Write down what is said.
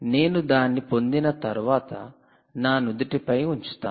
నేను దాన్ని పొందిన తర్వాత నా నుదిటిపై ఉంచుతాను